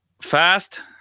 fast